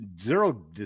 zero